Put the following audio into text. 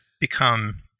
become